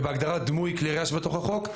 ובהגדרה של דמוי כלי ירייה שבתוך החוק.